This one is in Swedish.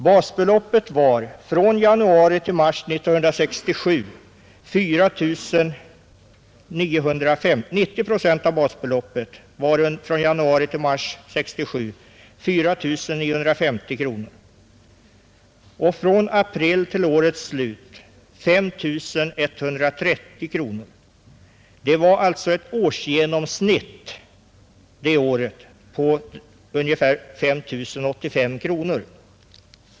90 procent av basbeloppet var 4 950 kronor från januari till mars 1967 och från april till årets slut 5 130 kronor. Årsgenomsnittet låg alltså det året på 5 085 kronor.